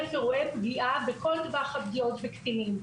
אירועי פגיעה בכל טווח הפגיעות בקטינים.